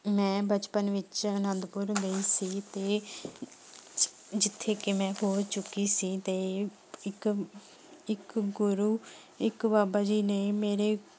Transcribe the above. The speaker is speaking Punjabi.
ਮੈਂ ਬਚਪਨ ਵਿੱਚ ਅਨੰਦਪੁਰ ਗਈ ਸੀ ਅਤੇ ਜਿ ਜਿੱਥੇ ਕਿ ਮੈਂ ਖੋ ਚੁੱਕੀ ਤੇ ਇੱਕ ਇੱਕ ਗੁਰੂ ਇੱਕ ਬਾਬਾ ਜੀ ਨੇ ਮੇਰੇ